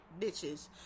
bitches